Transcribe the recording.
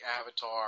avatar